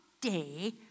day